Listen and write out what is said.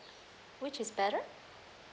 which is better